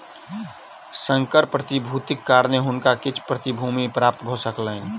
संकर प्रतिभूतिक कारणेँ हुनका किछ प्रतिभूति प्राप्त भ सकलैन